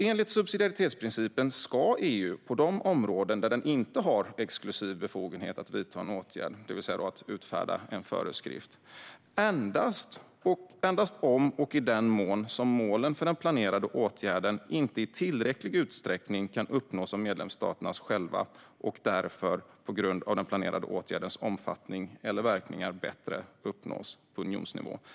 Enligt subsidiaritetsprincipen ska EU på de områden där EU inte har exklusiv befogenhet vidta en åtgärd, det vill säga utfärda en föreskrift, endast om och i den mån som målen för den planerade åtgärden inte i tillräcklig utsträckning kan uppnås av medlemsstaterna själva och därför, på grund av den planerade åtgärdens omfattning eller verkningar, bättre kan uppnås på unionsnivå.